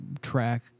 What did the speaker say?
track